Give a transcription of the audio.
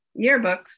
yearbooks